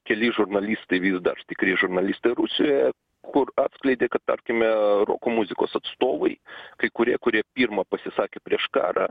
keli žurnalistai vis dar tikri žurnalistai rusijoje kur atskleidė kad tarkime roko muzikos atstovai kai kurie kurie pirma pasisakė prieš karą